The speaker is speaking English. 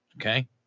okay